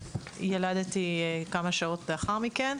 וילדתי כמה שעות לאחר מכן.